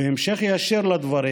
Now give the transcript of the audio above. בהמשך ישיר לדברים